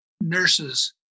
nurses